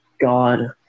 God